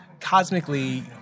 cosmically